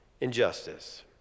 injustice